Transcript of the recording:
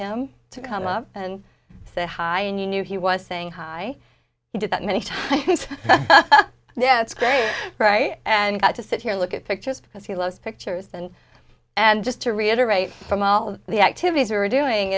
him to come up and say hi and you knew he was saying hi he did that many times it's great right and got to sit here look at pictures because he loves pictures and and just to reiterate from all of the activities were doing